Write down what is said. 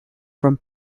from